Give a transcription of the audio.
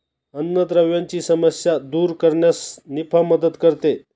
अन्नद्रव्यांची समस्या दूर करण्यास निफा मदत करते